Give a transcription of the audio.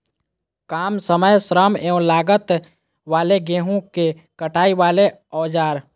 काम समय श्रम एवं लागत वाले गेहूं के कटाई वाले औजार?